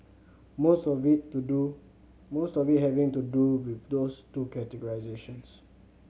most of it to do most of it having to do with those two categorisations